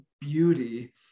beauty